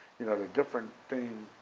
you know the different thing,